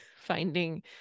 finding